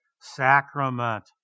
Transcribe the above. sacrament